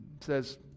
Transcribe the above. says